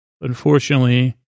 unfortunately